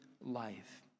life